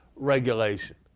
regulation.